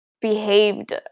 behaved